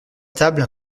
table